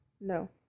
No